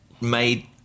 made